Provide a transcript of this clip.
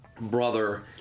brother